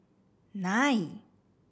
nine